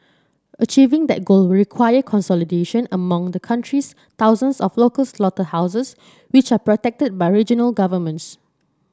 achieving that goal require consolidation among the country's thousands of local slaughterhouses which are protected by regional governments